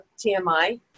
TMI